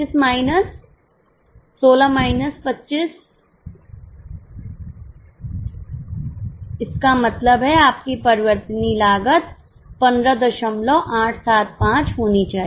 इसलिए 32 माइनस 16125 इसका मतलब है आपकी परिवर्तनीय लागत 15875 होनी चाहिए